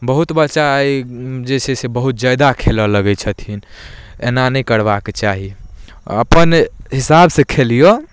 बहुत बच्चा जे छै से बहुत जादा खेलऽ लगै छथिन एना नहि करबाके चाही अपन हिसाबसँ खेलिऔ